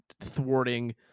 thwarting